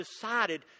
decided